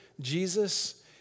Jesus